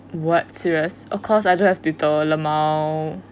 what serious of course I don't have twitter lmao